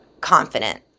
confident